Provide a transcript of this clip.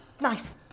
nice